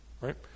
Right